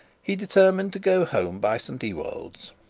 he determined to go home by st ewold's.